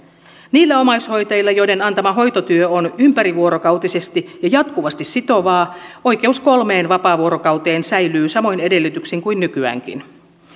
niillä omaishoitajilla joiden tekemä hoitotyö on ympärivuorokautisesti ja jatkuvasti sitovaa oikeus kolmeen vapaavuorokauteen säilyy samoin edellytyksin kuin nykyäänkin